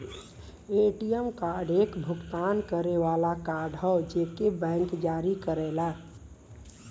ATM card एक भुगतान करे वाला कार्ड हौ जेके बैंक जारी करेला